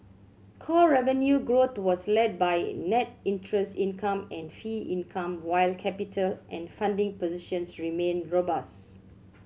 core revenue growth was led by net interest income and fee income while capital and funding positions remain robust